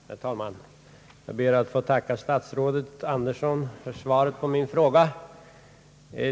Herr talman! Jag ber att få tacka statsrådet Andersson för svaret på min fråga.